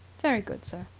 very good, sir.